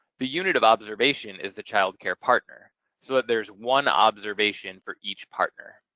the unit of observation is the child care partner, so that there's one observation for each partner.